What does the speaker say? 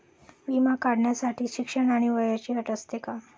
विमा काढण्यासाठी शिक्षण आणि वयाची अट असते का?